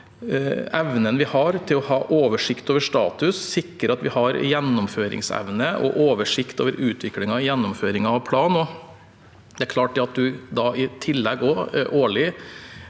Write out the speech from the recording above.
evnen vi har til å ha oversikt over status – sikre at vi har gjennomføringsevne og oversikt over utviklingen og gjennomføringen av planen. Det er klart at man i tillegg – utover